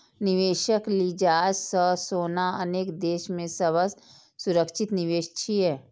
निवेशक लिजाज सं सोना अनेक देश मे सबसं सुरक्षित निवेश छियै